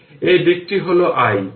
এই দিকটি হল i